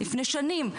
לפני שנים,